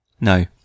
No